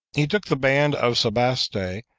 he took the band of sebaste,